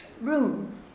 room